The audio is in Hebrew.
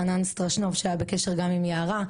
חנן סטרשנוב שהיה בקשר גם עם יערה,